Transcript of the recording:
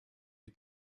you